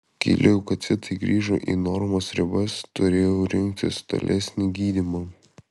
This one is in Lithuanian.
kai leukocitai grįžo į normos ribas turėjau rinktis tolesnį gydymą